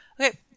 Okay